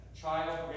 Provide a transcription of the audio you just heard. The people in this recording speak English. Child